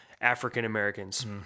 African-Americans